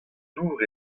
dour